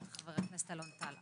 חבר הכנסת אלון טל.